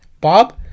Bob